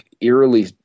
eerily